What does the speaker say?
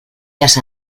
las